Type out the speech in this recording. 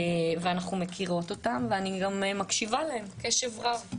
ואנחנו מכירות אותם, ואני גם מקשיבה להם קשב רב.